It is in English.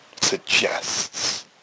suggests